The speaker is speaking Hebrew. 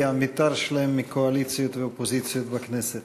המתאר שלהן מקואליציות ואופוזיציות בכנסת.